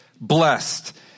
Blessed